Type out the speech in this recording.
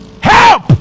Help